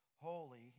holy